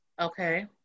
okay